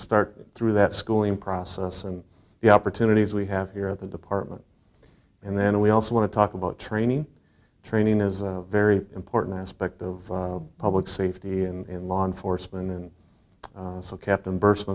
start through that schooling process and the opportunities we have here at the department and then we also want to talk about training training is a very important aspect of public safety in law enforcement and so captain bers